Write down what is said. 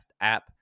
app